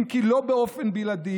אם כי לא באופן בלעדי,